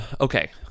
okay